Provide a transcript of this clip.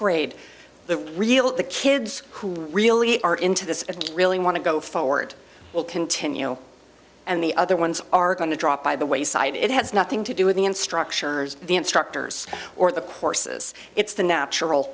grade the real the kids who really are into this and really want to go forward will continue and the other ones are going to drop by the wayside it has nothing to do with the end structures the instructors or the courses it's the natural